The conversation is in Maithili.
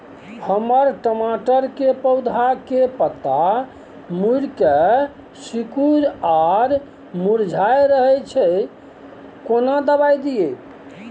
हमर टमाटर के पौधा के पत्ता मुड़के सिकुर आर मुरझाय रहै छै, कोन दबाय दिये?